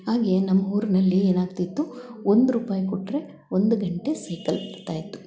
ಹಾಗೇ ನಮ್ಮ ಊರಿನಲ್ಲಿ ಏನಾಗ್ತಿತ್ತು ಒಂದು ರೂಪಾಯಿ ಕೊಟ್ಟರೆ ಒಂದು ಗಂಟೆ ಸೈಕಲ್ ಕೊಡ್ತಾ ಇತ್ತು